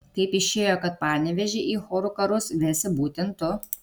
kaip išėjo kad panevėžį į chorų karus vesi būtent tu